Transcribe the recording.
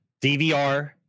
DVR